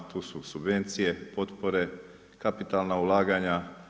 Tu su subvencije, potpore, kapitalna ulaganja.